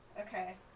okay